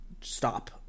stop